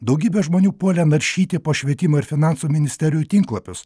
daugybė žmonių puolė naršyti po švietimo ir finansų ministerijų tinklapius